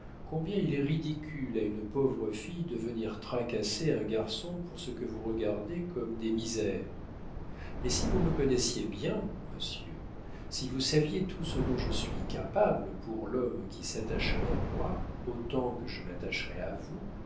combien il est ridicule à une pauvre fille de venir tracasser un garçon pour ce que vous regardez comme des misères mais si vous me connaissiez bien monsieur si vous saviez tout ce dont je suis capable pour l'homme qui s'attacherait à moi autant que je m'attacherais à vous